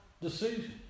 decision